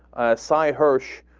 aside hirsch